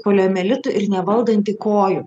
poliomielitu ir nevaldanti kojų